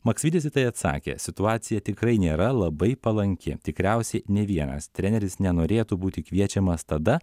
maksvytis į tai atsakė situacija tikrai nėra labai palanki tikriausiai nė vienas treneris nenorėtų būti kviečiamas tada